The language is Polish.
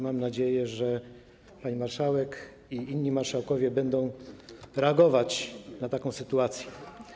Mam nadzieję, że pani marszałek i inni marszałkowie będą reagować na taką sytuację.